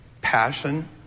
Passion